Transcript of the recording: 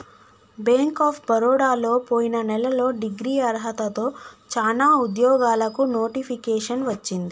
bank of బరోడలో పొయిన నెలలో డిగ్రీ అర్హతతో చానా ఉద్యోగాలకు నోటిఫికేషన్ వచ్చింది